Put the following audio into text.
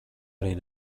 arī